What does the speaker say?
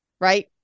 right